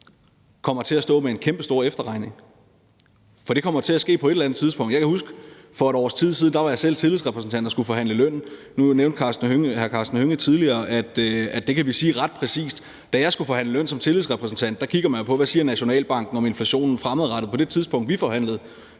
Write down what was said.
kommer til at stå med en kæmpestor ekstraregning, for det kommer til at ske på et eller andet tidspunkt. Jeg kan huske, at for et års tid siden var jeg selv tillidsrepræsentant og skulle forhandle løn. Nu nævnte hr. Karsten Hønge, at det kan vi sige ret præcist. Da jeg skulle forhandle løn som tillidsrepræsentant, kiggede man jo på, hvad Nationalbanken sagde om inflationen fremadrettet. På det tidspunkt, hvor vi forhandlede,